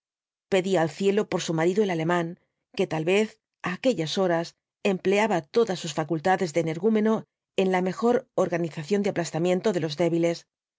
pedía al cielo por su marido el alemán que tal vez á aquellas horas empleaba todas sus facultades de energúmeno en la mejor organización del aplastamiento de los débiles